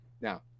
Now